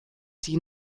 die